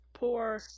Poor